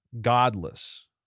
godless